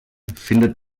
findet